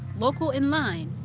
local and line,